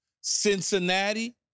Cincinnati